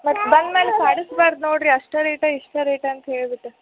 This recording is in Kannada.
ಮತ್ತೆ ಬಂದ ಮೇಲೆ ಕಾಡಿಸ್ಬಾರ್ದು ನೋಡ್ರಿ ಅಷ್ಟೇ ರೇಟ ಇಷ್ಟೇ ರೇಟ ಅಂತ ಹೇಳ್ಬಿಟ್ಟು